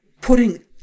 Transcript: putting